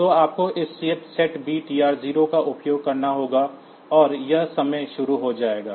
तो आपको इस SETB TR0 का उपयोग करना होगा और यह समय शुरू हो जाएगा